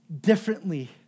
differently